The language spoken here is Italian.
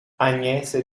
agnese